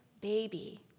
baby